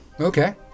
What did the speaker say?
Okay